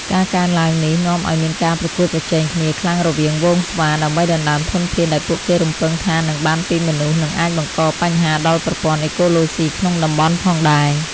ការកើនឡើងនេះនាំឱ្យមានការប្រកួតប្រជែងគ្នាខ្លាំងរវាងហ្វូងស្វាដើម្បីដណ្ដើមធនធានដែលពួកគេរំពឹងថានឹងបានពីមនុស្ស និងអាចបង្កបញ្ហាដល់ប្រព័ន្ធអេកូឡូស៊ីក្នុងតំបន់ផងដែរ។